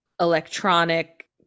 electronic